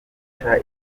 guca